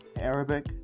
Arabic